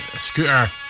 scooter